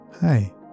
Hi